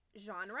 genre